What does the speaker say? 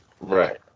Right